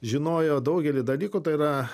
žinojo daugelį dalykų tai yra